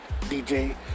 DJ